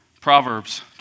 Proverbs